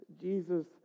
Jesus